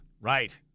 Right